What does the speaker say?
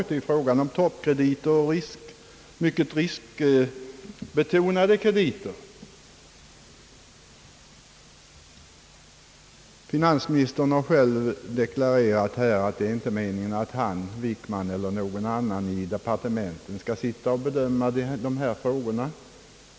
Det är fråga om toppkrediter och mycket riskbetonade krediter. Finansministern har själv deklarerat att det inte är meningen att han, Wickman eller någon annan i departementen skall sitta och bedöma dessa frågor.